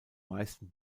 meisten